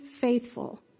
faithful